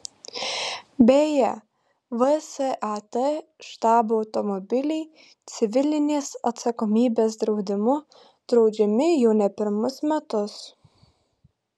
beje vsat štabo automobiliai civilinės atsakomybės draudimu draudžiami jau ne pirmus metus